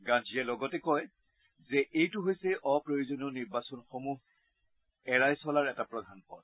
গানচজে লগতে কৈছে যে এইটো হৈছে অপ্ৰয়োজনীয় নিৰ্বাচনসমূহ এৰাই চলাৰ এটা প্ৰধান পথ